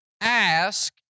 Ask